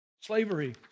Slavery